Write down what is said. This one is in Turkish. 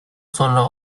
sonra